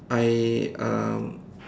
I um